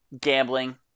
gambling